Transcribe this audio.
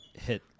hit